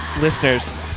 listeners